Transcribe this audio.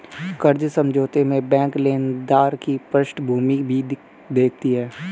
कर्ज समझौता में बैंक लेनदार की पृष्ठभूमि भी देखती है